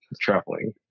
traveling